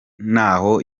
ntaho